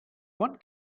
one